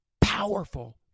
powerful